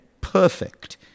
perfect